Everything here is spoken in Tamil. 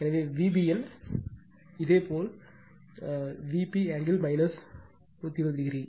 எனவே Vbn இதேபோல் ஆங்கிள் 120o